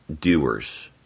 doers